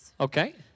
Okay